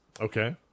Okay